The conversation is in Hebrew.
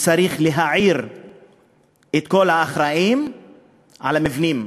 צריך להעיר את כל האחראים למבנים,